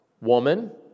woman